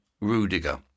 Rudiger